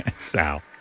Sal